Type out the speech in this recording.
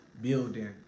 building